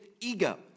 ego